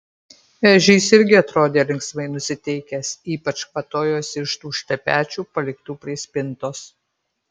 ežys irgi atrodė linksmai nusiteikęs ypač kvatojosi iš tų šlepečių paliktų prie spintos